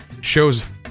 shows